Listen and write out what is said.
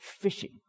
fishing